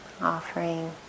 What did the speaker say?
offering